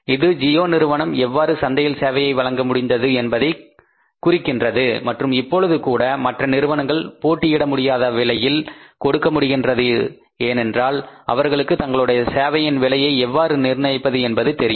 இது ஜியோ நிறுவனம் எவ்வாறு சந்தையில் சேவையை வழங்க முடிந்தது என்பதை குறிக்கின்றது மற்றும் இப்பொழுது கூட மற்ற நிறுவனங்கள் போட்டியிட முடியாத விலையில் கொடுக்க முடிகின்றது ஏனென்றால் அவர்களுக்கு தங்களுடைய சேவையின் விலையை எவ்வாறு நிர்ணயிப்பது என்பது தெரியும்